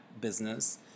business